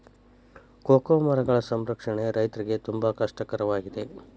cocoa ಮರಗಳ ಸಂರಕ್ಷಣೆ ರೈತರಿಗೆ ತುಂಬಾ ಕಷ್ಟ ಕರವಾಗಿದೆ